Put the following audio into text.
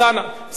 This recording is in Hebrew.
סליחה,